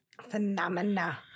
Phenomena